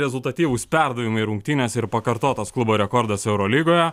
rezultatyvūs perdavimai rungtynes ir pakartotas klubo rekordas eurolygoje